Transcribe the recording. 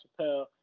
Chappelle